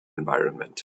environment